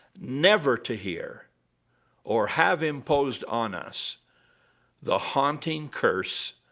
never to hear or have imposed on us the haunting curse